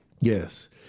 Yes